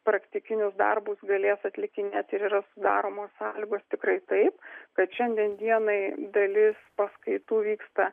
praktinius darbus galės atlikinėti ir yra sudaromos sąlygos tikrai taip kad šiandien dienai dalis paskaitų vyksta